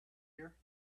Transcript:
here